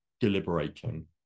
deliberating